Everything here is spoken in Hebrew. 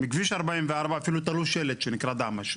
מכביש 44. אפילו תלו שלט שנקרא דהמש,